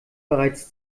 bereits